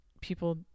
people